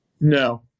no